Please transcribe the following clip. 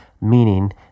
meaning